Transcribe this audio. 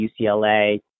UCLA